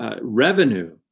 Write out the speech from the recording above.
revenue